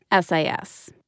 SIS